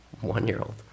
one-year-old